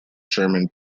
sherman